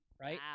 right